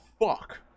fuck